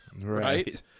Right